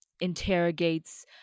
interrogates